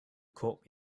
quote